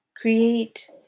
create